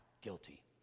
guilty